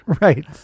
right